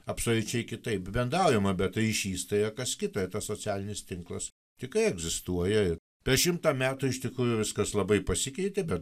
absoliučiai kitaip bendraujama bet ryšys tai yra kas kita ir tas socialinis tinklas tikrai egzistuoja per šimtą metų iš tikrųjų viskas labai pasikeitė bet